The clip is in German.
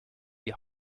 die